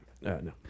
No